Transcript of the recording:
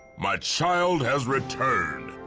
my child has returned.